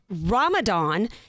Ramadan